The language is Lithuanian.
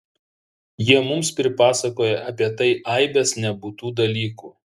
jie mums pripasakoja apie tai aibes nebūtų dalykų